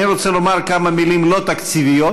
אני רוצה לומר כמה מילים לא תקציביות